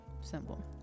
simple